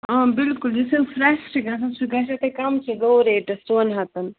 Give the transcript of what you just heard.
آ بِلکُل یُس فرٛٮ۪ش چھِ گژھان سُہ گژھیو تۄہہِ کمسٕے لو ریٹَس ژون ہَتَن